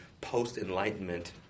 post-enlightenment